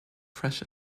fresh